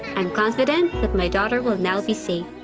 i'm confident that my daughter will now be safe.